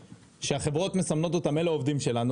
שהחברות מסמנות אותם אלה עובדים שלנו,